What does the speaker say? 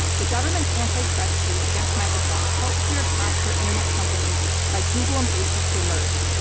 the government's antitrust case against microsoft helped clear a path for internet companies like google and facebook to emerge.